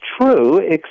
true